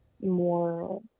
more